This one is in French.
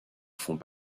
font